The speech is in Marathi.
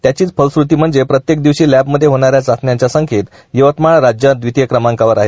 त्याचीच फलश्रती म्हणजे प्रत्येक दिवशी लॅबमध्ये होणा या चाचण्यांच्या संख्येत यवतमाळ राज्यात द्वितीय क्रमांकावर आहे